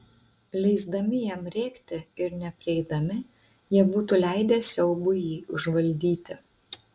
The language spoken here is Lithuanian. leisdami jam rėkti ir neprieidami jie būtų leidę siaubui jį užvaldyti